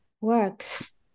works